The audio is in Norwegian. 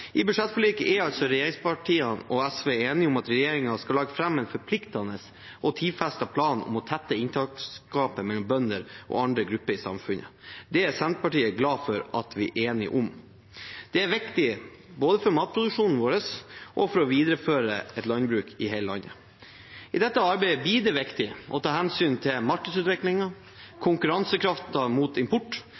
I budsjettforliket er regjeringspartiene og SV enige om at regjeringen skal legge fram en forpliktende og tidfestet plan om å tette inntektsgapet mellom bønder og andre grupper i samfunnet. Det er Senterpartiet glad for at vi er enige om. Det er viktig både for matproduksjonen vår og for å videreføre et landbruk i hele landet. I dette arbeidet blir det viktig å ta hensyn til markedsutviklingen, konkurransekraft mot import,